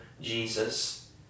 Jesus